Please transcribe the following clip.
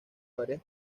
varias